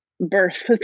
birth